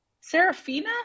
Serafina